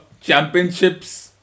championships